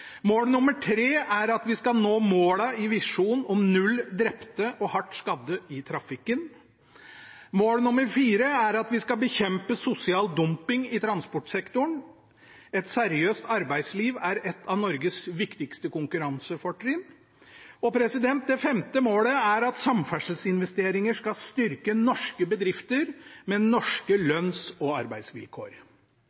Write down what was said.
Mål nummer tre er at vi skal nå målene i visjonen om null drepte og hardt skadde i trafikken. Mål nummer fire er at vi skal bekjempe sosial dumping i transportsektoren. Et seriøst arbeidsliv er et av Norges viktigste konkurransefortrinn. Det femte målet er at samferdselsinvesteringer skal styrke norske bedrifter med norske